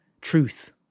truth